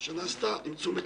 מי שנמצאת כאן הטיבה